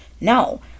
No